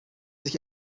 sich